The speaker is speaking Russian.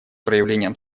проявлением